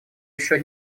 еще